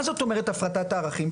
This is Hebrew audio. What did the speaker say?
מה זאת אומרת הפרטת הערכים?